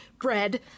bread